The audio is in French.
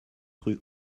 rue